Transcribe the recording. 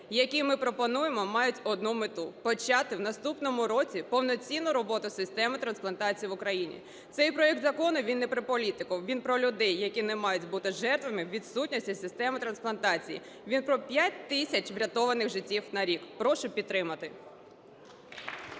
які ми пропонуємо, мають одну мету – почати в наступному році повноцінну роботу системи трансплантації в Україні. Цей проект закону, він не про політку, він про людей, які не мають жертвами відсутності системи трансплантації, він про 5 тисяч врятованих життів на рік. Прошу підтримати.